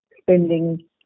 spending